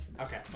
Okay